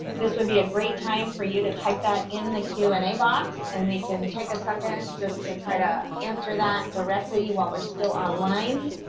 this would be a great time for you to type that in the q and a box and we can take a second just to try to answer that directly while we're still online.